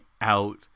out